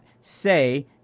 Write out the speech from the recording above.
say